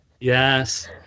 Yes